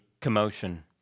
commotion